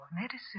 medicine